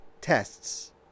tests